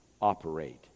operate